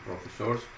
professors